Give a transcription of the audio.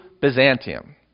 Byzantium